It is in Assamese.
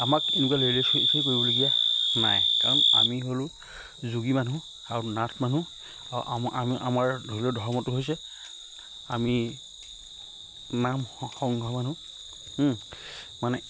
আমাক এনেকুৱা লেই লেই চেই চেই কৰিবলগীয়া নাই কাৰণ আমি হ'লোঁ যোগী মানুহ আৰু নাথ মানুহ আৰু আমি আমাৰ ধৰি লওক ধৰ্মটো হৈছে আমি নাম সংঘৰ মানুহ ও মানে